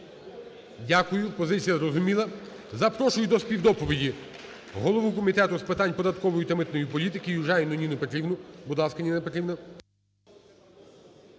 Дякую, позиція зрозуміла. Запрошую до співдоповіді голову Комітету з питань податкової та митної політики Южаніну Ніну Петрівну.